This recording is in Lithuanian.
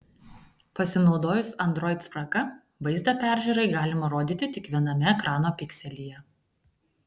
pasinaudojus android spraga vaizdą peržiūrai galima rodyti tik viename ekrano pikselyje